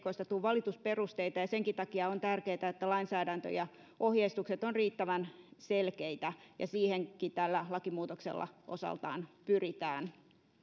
tule valitusperusteita ja senkin takia on tärkeätä että lainsäädäntö ja ohjeistukset ovat riittävän selkeitä ja siihenkin tällä lakimuutoksella osaltaan pyritään